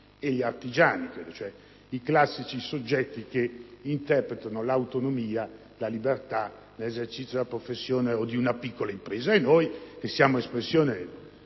sono stati, cioè, i classici soggetti che interpretano l'autonomia, la libertà e l'esercizio di una professione o di una piccola impresa. Noi che siamo espressione